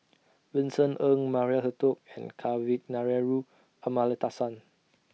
Vincent Ng Maria Hertogh and Kavignareru Amallathasan